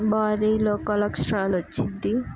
భారీ కొలెస్ట్రాల్ వచ్చిద్ది